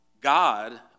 God